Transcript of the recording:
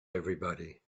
everybody